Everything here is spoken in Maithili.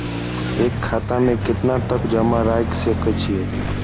एक खाता में केतना तक जमा राईख सके छिए?